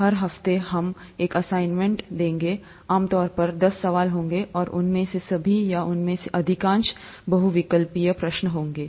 हर हफ्ते एक असाइनमेंट होगा आम तौर पर दस सवाल होंगे और उनमें से सभी या उनमें से अधिकांश बहुविकल्पीय प्रश्न होंगे